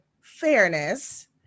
fairness